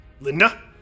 Linda